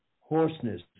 hoarseness